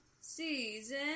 Season